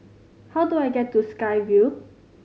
how do I get to Sky Vue